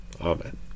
Amen